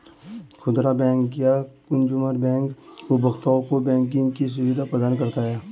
खुदरा बैंक या consumer bank उपभोक्ताओं को बैंकिंग की सुविधा प्रदान करता है